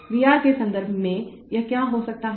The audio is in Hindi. V R के संदर्भ में यह क्या हो सकता है